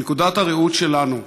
מנקודת הראות שלנו,